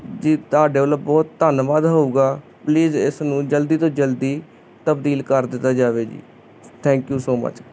ਜੀ ਤੁਹਾਡੇ ਵਲੋਂ ਬਹੁਤ ਧੰਨਵਾਦ ਹੋਵੇਗਾ ਪਲੀਜ਼ ਇਸ ਨੂੰ ਜਲਦੀ ਤੋਂ ਜਲਦੀ ਤਬਦੀਲ ਕਰ ਦਿੱਤਾ ਜਾਵੇ ਜੀ ਥੈਂਕਿ ਊ ਸੋ ਮੱਚ